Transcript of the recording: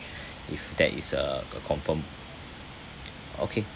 if there that is a uh confirm okay